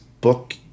book